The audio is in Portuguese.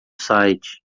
site